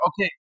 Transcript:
okay